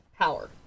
power